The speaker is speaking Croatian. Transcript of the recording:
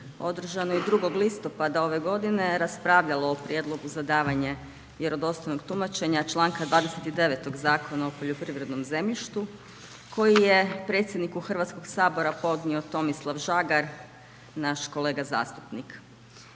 održanoj 2. listopada ove godine raspravljalo o Prijedlogu za davanje vjerodostojnog tumačenja članka 29. Zakona o poljoprivrednom zemljištu koji je predsjedniku Hrvatskoga sabora podnio Tomislav Žagar, naš kolega zastupnik.